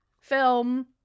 film